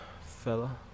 fella